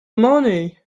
money